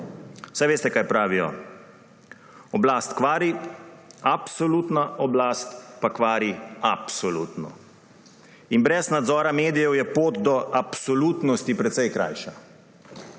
Saj veste, kaj pravijo – oblast kvari, absolutna oblast pa kvari absolutno. In brez nadzora medijev je pot do absolutnosti precej krajša.